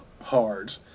hard